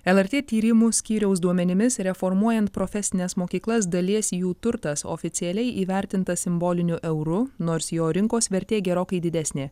lrt tyrimų skyriaus duomenimis reformuojant profesines mokyklas dalies jų turtas oficialiai įvertintas simboliniu euru nors jo rinkos vertė gerokai didesnė